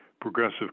Progressive